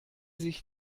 sich